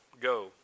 Go